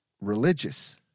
religious